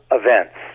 events